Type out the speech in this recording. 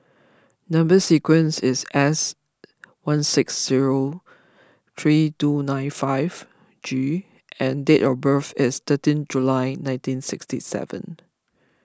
Number Sequence is S one six zero three two nine five G and date of birth is thirteen July nineteen sixty seven